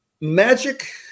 magic